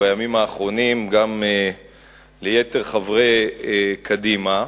ובימים האחרונים גם ליתר חברי קדימה,